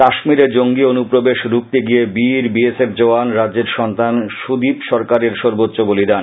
কাশ্মীরে জঙ্গি অনুপ্রবেশ রুখতে গিয়ে বীর বি এস এফ জওয়ান রাজ্যের সন্তান সুদীপ সরকারের সর্বোচ্চ বলিদান